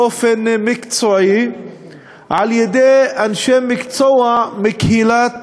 באופן מקצועי על-ידי אנשי מקצוע מקהילת